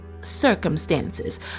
circumstances